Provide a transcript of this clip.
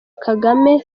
kagame